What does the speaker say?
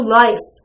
life